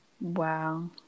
Wow